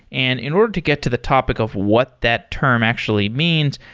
and in order to get to the topic of what that term actually means,